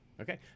Okay